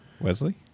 Wesley